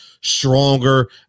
stronger